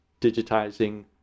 digitizing